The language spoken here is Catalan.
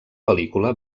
pel·lícula